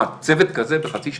מה, צוות כזה בחצי שנה?